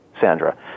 Sandra